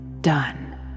done